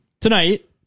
Tonight